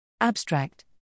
Abstract